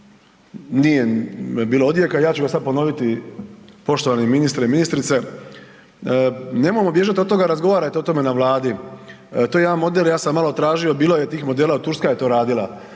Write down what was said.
me bilo ovdje, ja ću ga sad ponoviti poštovani ministre i ministrice, nemojmo bježati od toga razgovarajte o tome na Vladi. To je jedan model ja sam malo tražio bilo je tih modela, Turska je to radila,